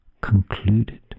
Concluded